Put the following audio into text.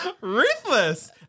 ruthless